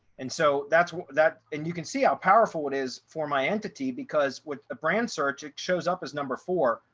and so that's that. and you can see how powerful it is for my entity because with a brand search, it shows up as number four,